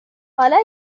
حالا